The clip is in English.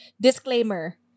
disclaimer